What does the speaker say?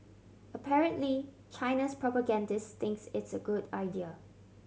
apparently China's propagandists think it's a good idea